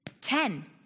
Ten